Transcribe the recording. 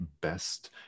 best